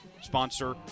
sponsor